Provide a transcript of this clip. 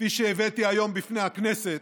כפי שהבאתי היום בפני הכנסת,